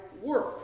work